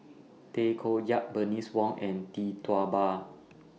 Tay Koh Yat Bernice Wong and Tee Tua Ba